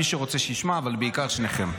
מי שרוצה, שישמע, אבל בעיקר שניכם.